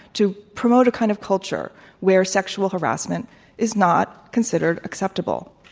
to promote a kind of culture where sexual harassment is not considered acceptable.